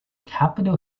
capital